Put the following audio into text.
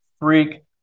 freak